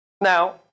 now